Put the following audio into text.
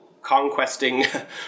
conquesting